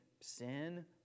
sin